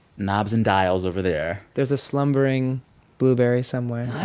knobs and dials over there there's a slumbering blueberry somewhere